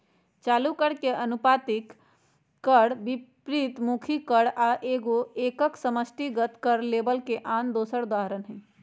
चालू कर, अनुपातिक कर, विपरितमुखी कर आ एगो एकक समष्टिगत कर लेबल के आन दोसर उदाहरण हइ